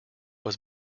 was